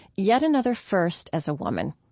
yet another first as a woman.